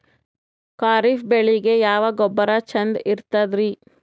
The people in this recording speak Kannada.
ಖರೀಪ್ ಬೇಳಿಗೆ ಯಾವ ಗೊಬ್ಬರ ಚಂದ್ ಇರತದ್ರಿ?